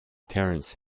terence